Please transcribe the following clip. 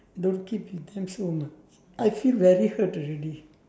don't keep pretend so much I feel very hurt already